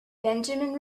benjamin